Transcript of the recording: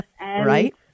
Right